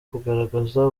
kugaragaza